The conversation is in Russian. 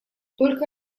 только